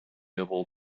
able